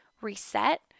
reset